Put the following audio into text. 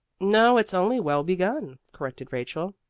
no, it's only well begun, corrected rachel.